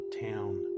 town